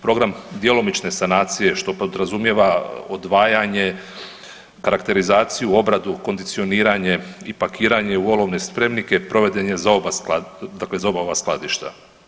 Program djelomične sanacije što podrazumijeva odvajanje, karakterizaciju, obradu, kondicioniranje i pakiranje u olovne spremnike proveden je za, dakle za oba ova skladišta.